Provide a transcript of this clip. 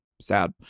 Sad